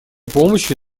помощи